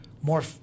more